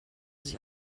sich